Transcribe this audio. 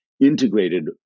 integrated